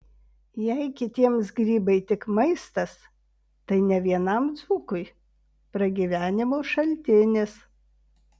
jei kitiems grybai tik maistas tai ne vienam dzūkui pragyvenimo šaltinis